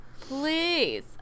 please